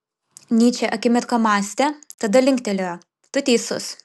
nyčė akimirką mąstė tada linktelėjo tu teisus